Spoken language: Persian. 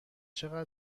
چقدر